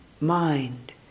mind